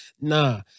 nah